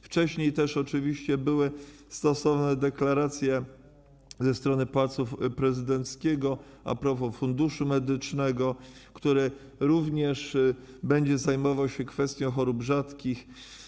Wcześniej też oczywiście były stosowne deklaracje ze strony Pałacu Prezydenckiego a propos Funduszu Medycznego, który również będzie zajmował się kwestią chorób rzadkich.